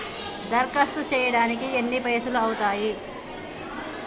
దరఖాస్తు చేయడానికి ఎన్ని పైసలు అవుతయీ?